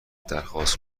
درخواست